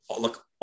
look